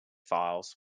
files